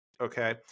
okay